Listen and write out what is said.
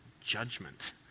judgment